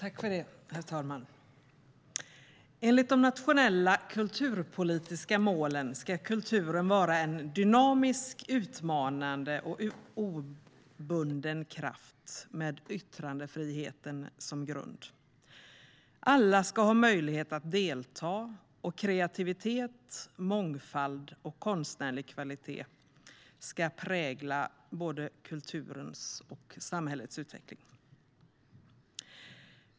Herr talman! Enligt de nationella kulturpolitiska målen ska kulturen vara en dynamisk, utmanande och obunden kraft med yttrandefriheten som grund. Alla ska ha möjlighet att delta, och kreativitet, mångfald och konstnärlig kvalitet ska prägla både kulturens och samhällets utveckling.